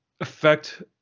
affect